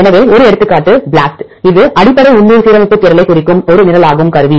எனவே ஒரு எடுத்துக்காட்டு BLAST இது அடிப்படை உள்ளூர் சீரமைப்பு தேடலைக் குறிக்கும் ஒரு நிரலாகும் கருவி